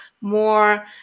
more